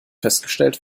festgestellt